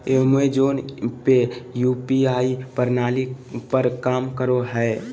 Amazon पे UPI प्रणाली पर काम करो हय